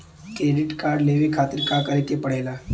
Credit card लेवे खातिर का करे के पड़ेला?